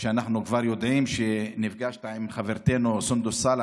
ואנחנו כבר יודעים שנפגשת עם חברתנו סונדוס סאלח,